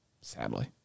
Sadly